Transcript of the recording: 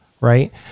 right